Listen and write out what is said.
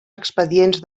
expedients